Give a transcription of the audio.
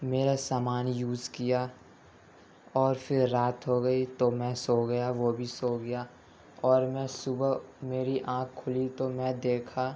میرا سامان یوز کیا اور پھر رات ہو گئی تو میں سو گیا وہ بھی سو گیا اور میں صبح میری آنکھ کھلی تو میں دیکھا